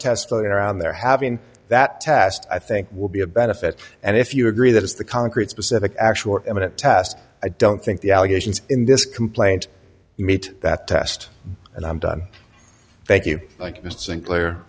tests floating around there having that test i think will be a benefit and if you agree that it's the concrete specific action or imminent test i don't think the allegations in this complaint meet that test and i'm done thank you mr sinclair